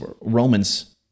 romans